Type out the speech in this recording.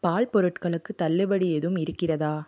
பால் பொருட்களுக்கு தள்ளுபடி எதுவும் இருக்கிறதா